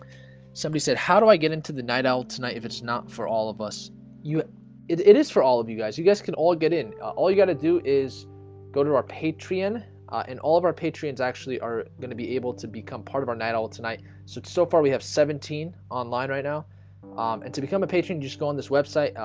somebody said how do i get into the night owl tonight? if it's not for all of us you it it is for all of you guys you guys can all get in all you got to do is go to our patreon and all of our patreon is actually our gonna be able to become part of our night owl tonight so so far we have seventeen online right now and to become a patron just go on this website.